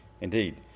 Indeed